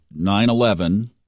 9-11